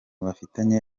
bafitanye